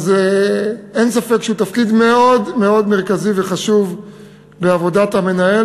אין ספק שזה תפקיד מאוד מאוד מרכזי וחשוב בעבודת המנהל,